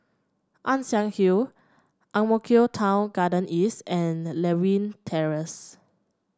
Ann Siang Hill Ang Mo Kio Town Garden East and Lewin Terrace